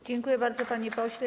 Dziękuję bardzo, panie pośle.